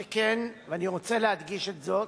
שכן, ואני רוצה להדגיש את זאת,